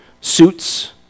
suits